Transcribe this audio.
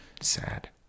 Sad